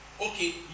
Okay